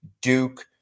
Duke